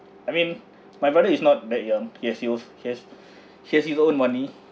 I mean my brother is not that young he has youth he has he has his own money